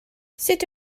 sut